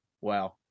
Wow